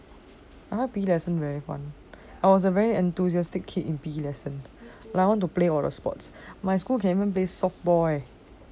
I like P_E lesson eh I was a very enthusiastic kid in P_E lesson I want to play all the sports my school can even play softball leh